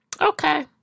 Okay